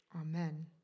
amen